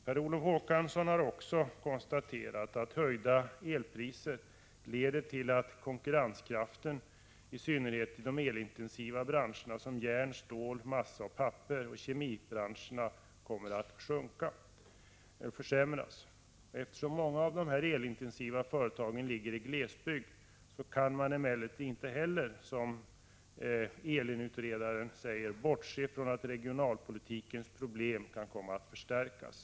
Per Olof Håkansson har också konstaterat att höjda elpriser leder till att konkurrenskraften — i synnerhet inom de elintensiva branscherna, såsom järn-, stål-, massa-, pappersoch kemibranscherna — kommer att försämras. Eftersom många av de elintensiva företagen finns i glesbygd, kan man emellertid inte — som ELIN-utredaren säger — bortse från att regionalpolitikens problem kan komma att förstärkas.